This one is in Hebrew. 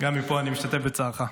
גם מפה אני משתתף בצערך.